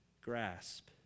grasp